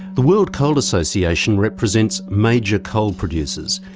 the world coal association represents major coal producers,